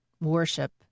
worship